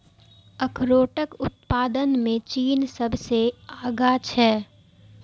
अखरोटक उत्पादन मे चीन सबसं आगां छै